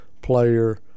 player